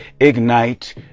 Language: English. ignite